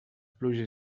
pluja